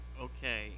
Okay